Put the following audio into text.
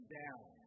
down